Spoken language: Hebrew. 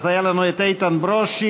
אז היה לנו את איתן ברושי,